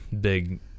big